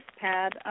pad